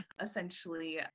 essentially